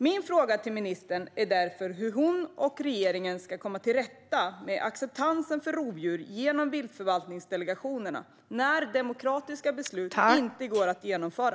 Min fråga till ministern är därför hur hon och regeringen ska komma till rätta med acceptansen för rovdjur genom viltförvaltningsdelegationerna när demokratiska beslut inte går att genomföra.